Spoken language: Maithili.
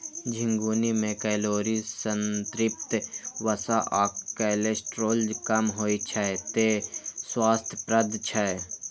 झिंगुनी मे कैलोरी, संतृप्त वसा आ कोलेस्ट्रॉल कम होइ छै, तें स्वास्थ्यप्रद छै